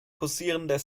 posierender